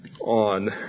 on